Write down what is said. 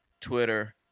Twitter